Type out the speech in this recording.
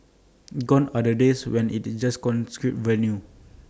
gone are the days when IT just venue